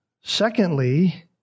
secondly